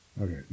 okay